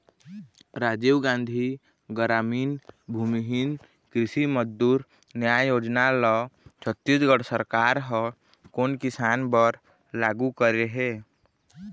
राजीव गांधी गरामीन भूमिहीन कृषि मजदूर न्याय योजना ल छत्तीसगढ़ सरकार ह कोन किसान बर लागू करे हे?